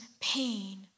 pain